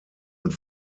und